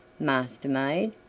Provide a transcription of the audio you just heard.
master-maid!